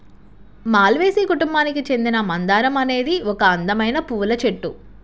మాల్వేసి కుటుంబానికి చెందిన మందారం అనేది ఒక అందమైన పువ్వుల చెట్టు